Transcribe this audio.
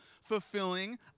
fulfilling